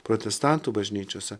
protestantų bažnyčiose